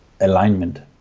alignment